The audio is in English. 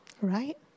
right